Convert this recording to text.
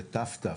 זה ת"ת,